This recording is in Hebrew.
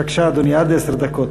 בבקשה, אדוני, עד עשר דקות.